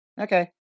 Okay